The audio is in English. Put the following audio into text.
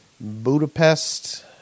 Budapest